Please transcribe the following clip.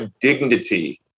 dignity